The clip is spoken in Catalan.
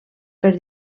per